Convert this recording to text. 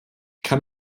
kann